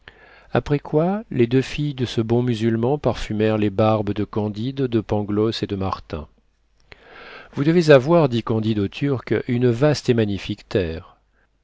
après quoi les deux filles de ce bon musulman parfumèrent les barbes de candide de pangloss et de martin vous devez avoir dit candide au turc une vaste et magnifique terre